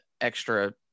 extra